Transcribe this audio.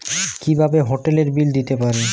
কিভাবে হোটেলের বিল দিতে পারি?